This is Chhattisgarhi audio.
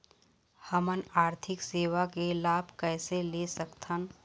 हमन आरथिक सेवा के लाभ कैसे ले सकथन?